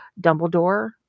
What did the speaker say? Dumbledore